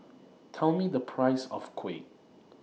Tell Me The Price of Kuih